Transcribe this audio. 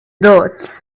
dots